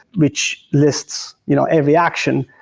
which lists you know every action.